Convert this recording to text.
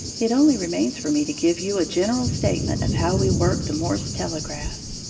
it only remains for me to give you a general statement of how we work the morse telegraph.